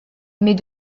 mais